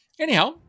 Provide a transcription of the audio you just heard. Anyhow